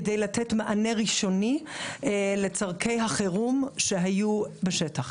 כדי לתת מענה ראשוני לצרכי החירום שהיו בשטח.